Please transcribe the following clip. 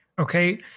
okay